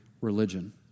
religion